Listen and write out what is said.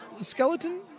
skeleton